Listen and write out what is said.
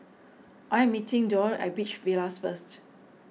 I am meeting Doyle at Beach Villas first